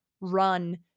run